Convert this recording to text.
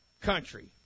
country